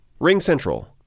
RingCentral